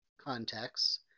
contexts